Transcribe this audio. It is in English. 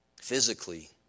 physically